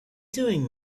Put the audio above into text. doing